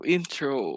Intro